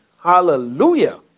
Hallelujah